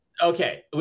Okay